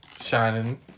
Shining